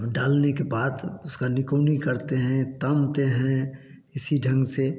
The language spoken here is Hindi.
डालने के बाद उसका निकोनी करते हैं तानते हैं इसी टाइम से